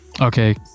Okay